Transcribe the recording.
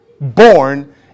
born